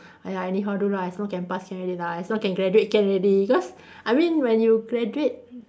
!aiya! anyhow do lah as long can pass can already lah as long can graduate can already because I mean when you graduate